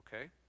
Okay